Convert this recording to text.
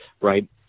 Right